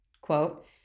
Quote